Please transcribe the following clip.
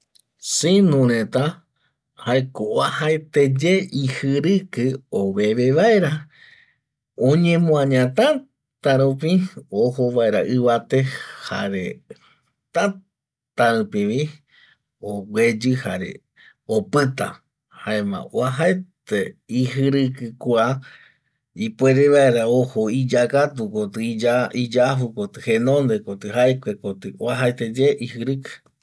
Sinu reta jaeko uajete ye ijiriki oveve vaera oñemuaña tata rupi ojovaera ibate jare tata rupi vi ogueyi jare opita jaema uajaete ijiriki kua ipuere vaera ojo iya katu koti iyaju koti jenonde koti jaekue koti uajaete ye ijiriki